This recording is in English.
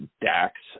Dax